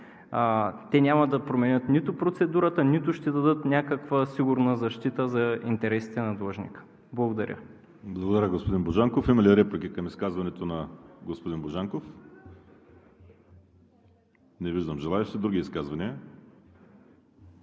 Те няма да променят нито процедурата, нито ще дадат някаква сигурна защита за интересите на длъжника. Благодаря. ПРЕДСЕДАТЕЛ ВАЛЕРИ СИМЕОНОВ: Благодаря Ви, господин Божанков. Има ли реплики към изказването на господин Божанков? Не виждам. Други изказвания?